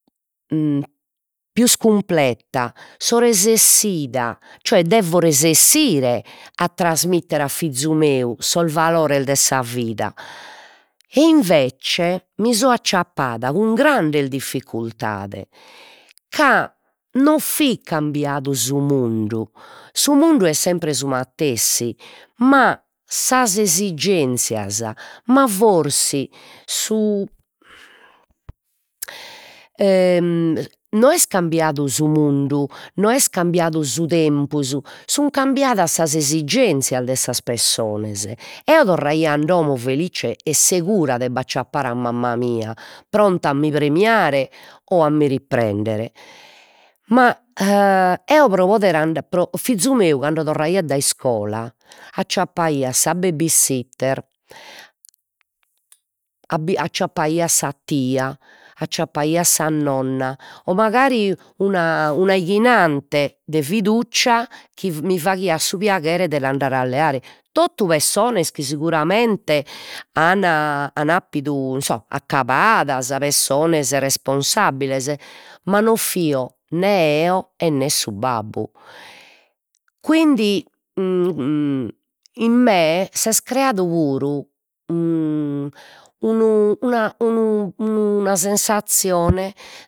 pius cumpleta, so resessida, cioè devo resessire a trasmittere a fizu meu sos valores de sa vida, e invece mi so acciappada cun grande difficultade ca non fit cambiadu su mundu, su mundu est sempre su matessi, ma sas esiggenzias, ma forsi su e no est cambiadu su mundu, no est cambiadu su tempus, sun cambiadas sas esiggenzias de sas pessonas, eo torraio a domo felizze e segura de b'appacciare a mamma mia pronta a mi premiare o a mi reprendere, ma eo pro poder pro fizu meu cando torraiat dai iscola acciappaiat sa baby sitter, a acciappaiat sa tia, acciappaiat sa nonna o mancari una una 'ighinante de fiducia chi mi faghiat su piaghere de l'andare a leare, totu pessonas chi seguramente an an appidu insomma accabadas, pessonas responsabbiles, ma non fio nè eo e nè su babbu, quindi in me s'est creadu puru unu una unu una sensazzione